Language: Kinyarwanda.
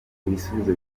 ibisubizo